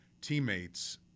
teammates